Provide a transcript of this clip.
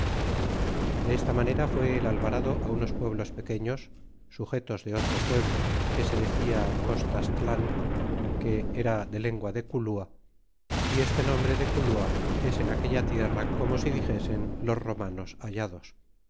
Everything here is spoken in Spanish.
esta manera fué el alvarado unos pueblos pequeños sujetos de otro pueblo que se decia costastlan que era de lengua de culua y este nombre de culua es en aquella tierra como si dixesen los romanos hallados